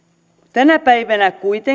tänä päivänä kuitenkin on